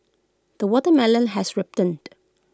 the watermelon has ripened